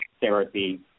therapy